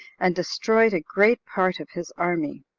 and destroyed a great part of his army.